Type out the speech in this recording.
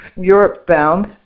Europe-bound